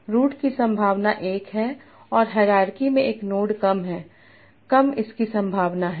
root की संभावना 1 है और हायरार्की में एक नोड कम है कम इसकी संभावना है